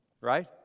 Right